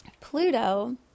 Pluto